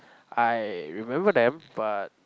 I remember them but